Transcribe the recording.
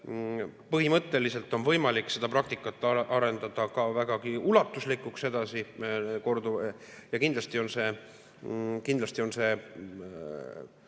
põhimõtteliselt on võimalik seda praktikat arendada ka vägagi ulatuslikuks edasi. Ja kindlasti on see, ma arvan,